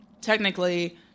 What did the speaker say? technically